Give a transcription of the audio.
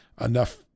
enough